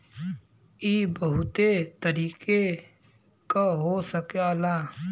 इ बहुते तरीके क हो सकला